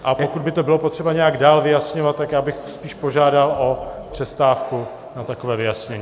A pokud by to bylo potřeba nějak dál vyjasňovat, tak já bych spíš požádal o přestávku na takové vyjasnění.